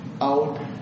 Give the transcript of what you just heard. out